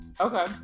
Okay